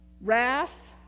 wrath